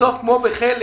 בסוף כמו בחלם,